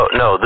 no